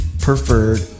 preferred